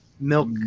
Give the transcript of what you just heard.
milk